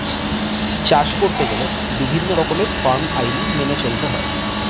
চাষ করতে গেলে বিভিন্ন রকমের ফার্ম আইন মেনে চলতে হয়